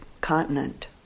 continent